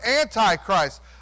Antichrist